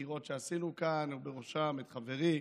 בבחירות שעשינו כאן, ובראשם את חברי